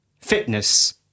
Fitness